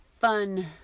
fun